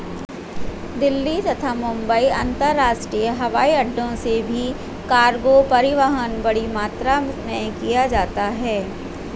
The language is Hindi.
दिल्ली तथा मुंबई अंतरराष्ट्रीय हवाईअड्डो से भी कार्गो परिवहन बड़ी मात्रा में किया जाता है